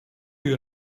you